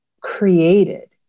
created